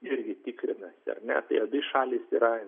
irgi tikrinasi ar ne tai abi šalys yra